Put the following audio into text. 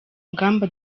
ngamba